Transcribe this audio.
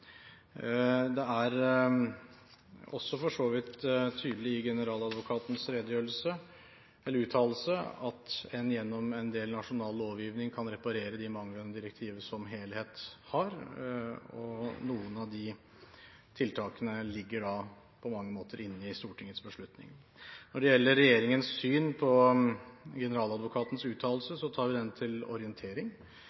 Det er også for så vidt tydelig i generaladvokatens uttalelse at en gjennom nasjonal lovgivning kan reparere de manglene direktivet som helhet har. Noen av de tiltakene ligger på mange måter inne i Stortingets beslutning. Når det gjelder regjeringens syn på generaladvokatens uttalelse,